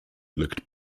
looked